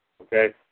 Okay